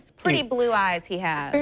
pretty blue eyes he has.